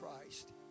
Christ